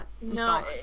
No